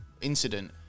incident